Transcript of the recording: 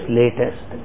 latest